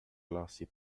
glossy